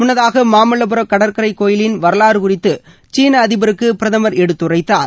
முன்னதாக மாமல்லபுர கடற்கரை கோயிலின் வரவாறு குறித்து சீன அதிபருக்கு பிரதம் எடுத்துரைத்தார்